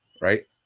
right